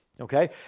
okay